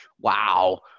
Wow